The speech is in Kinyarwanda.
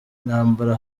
intambara